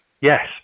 Yes